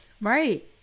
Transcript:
Right